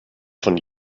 von